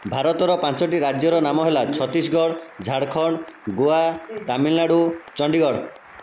ଭାରତର ପାଞ୍ଚଟି ରାଜ୍ୟର ନାମ ହେଲା ଛତିଶଗଡ଼ ଝାଡ଼ଖଣ୍ଡ ଗୋଆ ତାମିଲନାଡ଼ୁ ଚଣ୍ଡିଗଡ଼